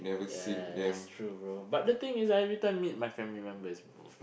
ya ya ya that's true bro but the thing is I every time meet my family members bro